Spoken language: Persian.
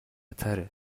تره